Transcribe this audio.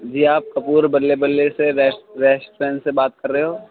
جی آپ کپور بلے بلے سے rest restaurant سے بات کر رہے ہو